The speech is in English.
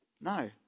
No